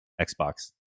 Xbox